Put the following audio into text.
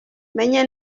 menye